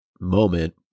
moment